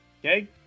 Okay